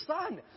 son